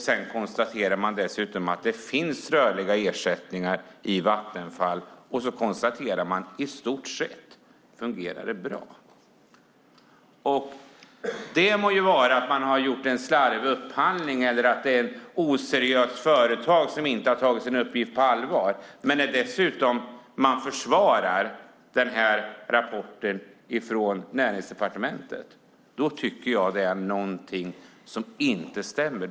Man konstaterar dessutom att det finns rörliga ersättningar i Vattenfall, och så konstaterar man även att det i stort sett fungerar bra. Det må vara att man har gjort en slarvig upphandling eller att det är ett oseriöst företag som inte har tagit sin uppgift på allvar, men när dessutom Näringsdepartementet försvarar den här rapporten tycker jag det är någonting som inte stämmer.